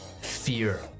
fear